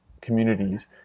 communities